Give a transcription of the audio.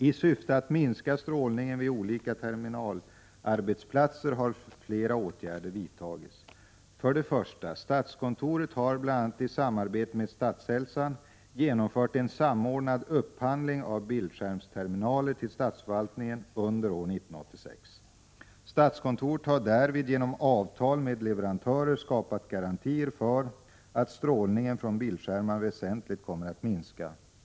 I syfte att minska strålningen vid olika terminalarbetsplatser har flera åtgärder vidtagits. För det första har statskontoret, bl.a. i samarbete med Statshälsan, genomfört en samordnad upphandling av bildskärmsterminaler till statsförvaltningen under år 1986. Statskontoret har därvid genom avtal med leverantörer skapat garantier för att strålningen från bildskärmar väsentligt kommer att minskas.